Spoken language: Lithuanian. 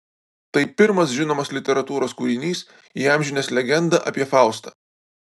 tai pirmas žinomas literatūros kūrinys įamžinęs legendą apie faustą